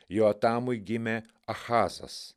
joatamui gimė achazas